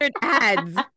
ads